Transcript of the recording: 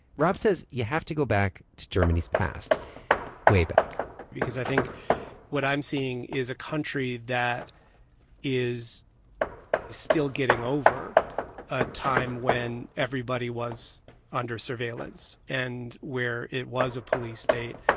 rob says you have to go back to germany's past way back because i think what i'm seeing is a country that is still getting over a time when everybody was under surveillance and where it was a police state.